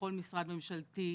בכל משרד ממשלתי,